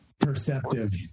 perceptive